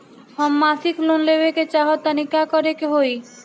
हम मासिक लोन लेवे के चाह तानि का करे के होई?